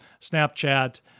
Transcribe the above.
Snapchat